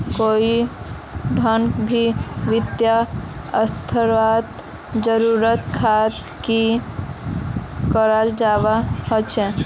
कोई ठान भी वित्तीय अर्थशास्त्ररेर जरूरतक ख़तम नी कराल जवा सक छे